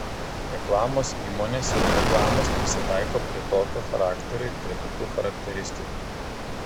reklamos įmonės ir reklamos prisitaiko prie tokio charakterio ir prie tokių charakteristikų